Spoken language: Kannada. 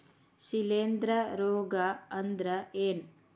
ಶಿಲೇಂಧ್ರ ರೋಗಾ ಅಂದ್ರ ಏನ್?